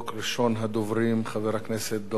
ראשון הדוברים חבר הכנסת דב חנין.